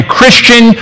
Christian